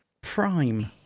Prime